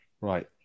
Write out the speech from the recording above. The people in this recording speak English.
Right